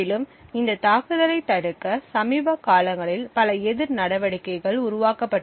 மேலும் இந்த தாக்குதலைத் தடுக்க சமீப காலங்களில் பல எதிர் நடவடிக்கைகள் உருவாக்கப்பட்டுள்ளன